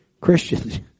Christians